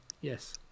Yes